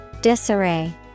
Disarray